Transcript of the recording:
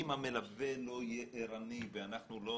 אם המלווה לא יהיה ערני ואנחנו לא